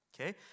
okay